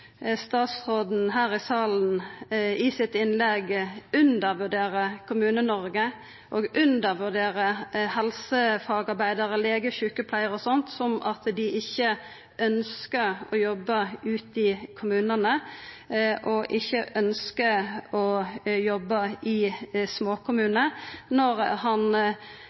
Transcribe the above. statsråden i sitt innlegg her i salen undervurderer Kommune-Noreg og undervurderer helsefagarbeidarar, legar, sjukepleiarar og sånt, med omsyn til at dei ikkje ønskjer å jobba ute i kommunane, ikkje ønskjer å jobba i ein småkommune, når han